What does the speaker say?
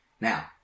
Now